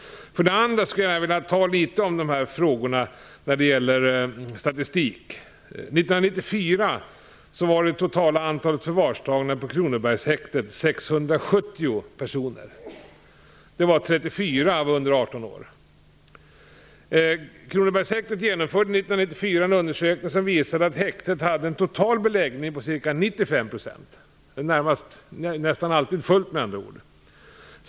Jag skulle vilja ta upp frågorna om statistik litet grand. 1994 var det totala antalet förvarstagna på Kronobergshäktet 670 personer. Det var 34 personer under 18 år. Kronobergshäktet genomförde 1994 en undersökning som visade att häktet hade en total beläggning på ca 95 %. Det är nästan alltid fullt, med andra ord.